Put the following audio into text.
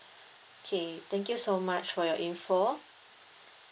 okay thank you so much for your info